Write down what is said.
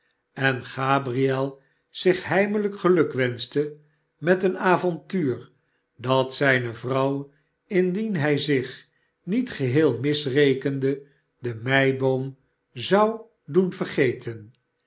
en gabriel zich heimelijk gelukwenschte met een avontuur dat zijne vrouw indien hij zich niet geheel misrekende de meiboom zou doen vergeten